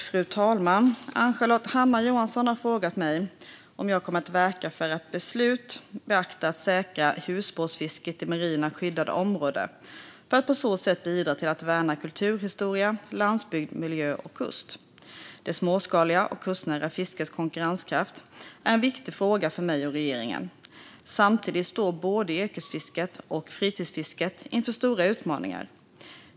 Fru talman! Ann-Charlotte Hammar Johnsson har frågat mig om jag kommer att verka för att beslut beaktar att säkra husbehovsfiske i marina skyddsområden för att på så sätt bidra till att värna kulturhistoria, landsbygd, miljö och kust. Det småskaliga och kustnära fiskets konkurrenskraft är en viktig fråga för mig och regeringen. Samtidigt står både yrkesfisket och fritidsfisket inför stora utmaningar.